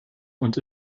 und